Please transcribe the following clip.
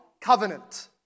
covenant